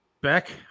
beck